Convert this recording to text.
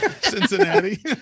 Cincinnati